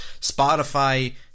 Spotify